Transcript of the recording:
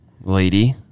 lady